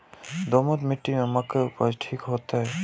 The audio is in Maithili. दोमट मिट्टी में मक्के उपज ठीक होते?